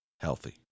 healthy